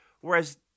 Whereas